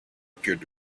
appeared